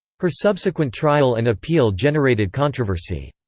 her subsequent trial and appeal generated controversy.